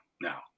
now